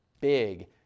big